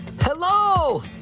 Hello